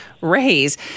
raise